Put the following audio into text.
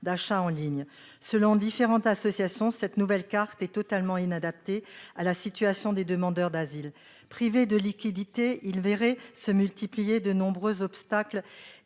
d'achat en ligne. Selon différentes associations, cette nouvelle carte est totalement inadaptée à la situation des demandeurs d'asile. Privés de liquidités, ils verraient se multiplier de nombreux obstacles,